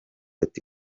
ati